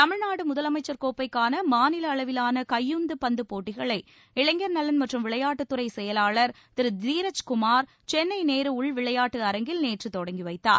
தமிழ்நாடு முதலமைச்சர் கோப்பைக்கான மாநில அளவிவாள கையுந்து பந்து போட்டிகளை இளைஞர் நலன் மற்றும் விளையாட்டுத்துறை செயலாளர் திரு தீரஜ் குமார் சென்னை நேரு உள் விளையாட்டு அரங்கில் நேற்று தொடங்கி வைத்தார்